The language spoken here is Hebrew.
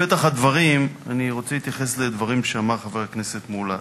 בפתח הדברים אני רוצה להתייחס לדברים שאמר חבר הכנסת מולה.